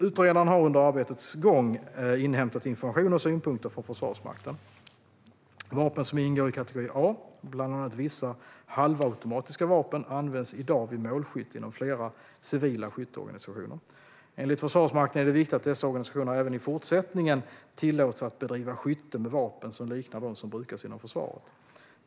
Utredaren har under arbetets gång inhämtat information och synpunkter från Försvarsmakten. Vapen som ingår i kategori A, bland annat vissa halvautomatiska vapen, används i dag vid målskytte inom flera civila skytteorganisationer. Enligt Försvarsmakten är det viktigt att dessa organisationer även i fortsättningen tillåts att bedriva skytte med vapen som liknar dem som brukas inom försvaret.